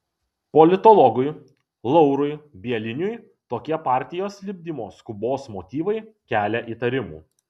politologui laurui bieliniui tokie partijos lipdymo skubos motyvai kelia įtarimų